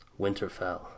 Winterfell